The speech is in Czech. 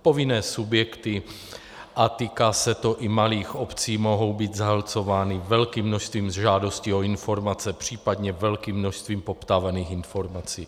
Povinné subjekty, a týká se to i malých obcí, mohou být zahlcovány velkým množstvím žádostí o informace, příp. velkým množstvím poptávaných informací.